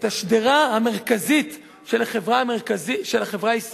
את השדרה המרכזית של החברה הישראלית,